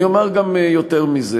אני אומר גם יותר מזה,